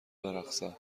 برقصم